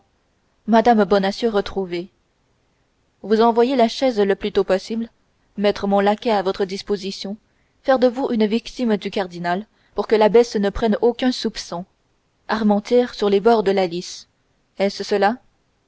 mme bonacieux retrouvée vous envoyer la chaise le plus tôt possible mettre mon laquais à votre disposition faire de vous une victime du cardinal pour que l'abbesse ne prenne aucun soupçon armentières sur les bords de la lys est-ce